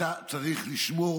אתה צריך לשמור